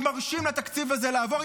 מרשים לתקציב הזה לעבור,